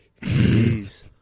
please